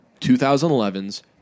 2011's